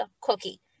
cookie